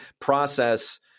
process